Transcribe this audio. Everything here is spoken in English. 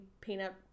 peanut